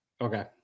okay